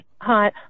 Hi